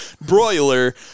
broiler